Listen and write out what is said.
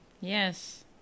Yes